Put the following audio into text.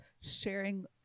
sharing